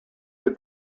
that